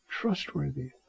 trustworthy